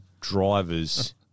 drivers